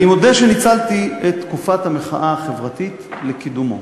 אני מודה שניצלתי את תקופת המחאה החברתית לקידומו.